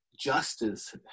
Justice